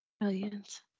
Brilliant